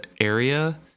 area